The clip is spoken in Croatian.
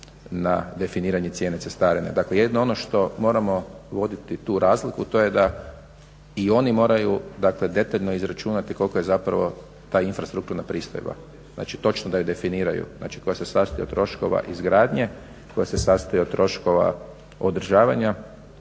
na definiranje cijene cestarine. Dakle jedino ono što moramo voditi tu razliku to je da i oni moraju detaljno izračunati koliko je ta infrastrukturna pristojba. Znači točno da je definiraju koja se sastoji od troškova izgradnje, koja se sastoji od troškova održavanja,